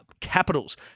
Capitals